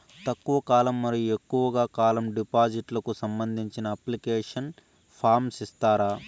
తక్కువ కాలం మరియు ఎక్కువగా కాలం డిపాజిట్లు కు సంబంధించిన అప్లికేషన్ ఫార్మ్ ఇస్తారా?